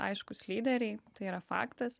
aiškūs lyderiai tai yra faktas